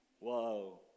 Whoa